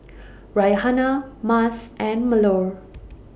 Raihana Mas and Melur